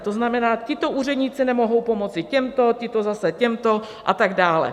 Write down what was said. To znamená, tito úředníci nemohou pomoci těmto, tito zase těmto a tak dále.